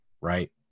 right